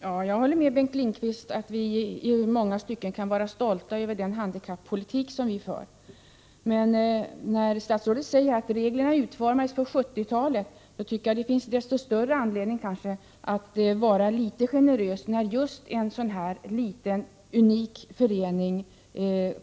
Herr talman! Jag håller med Bengt Lindqvist om att vi i många stycken kan vara stolta över den handikappolitik som vi för. Men som statsrådet säger utformades reglerna på 1970-talet. Då tycker jag det finns desto större anledning att vara litet generös, när en liten unik förening